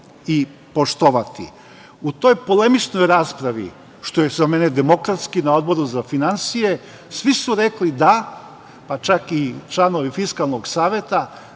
i poštovati.U toj polemičnoj raspravi, što je za mene demokratski, na Odboru za finansije svi su rekli da, pa čak i članovi Fiskalnog saveta,